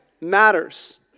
matters